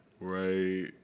Right